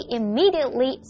immediately